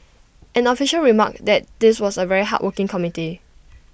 an official remarked that this was A very hardworking committee